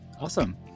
Awesome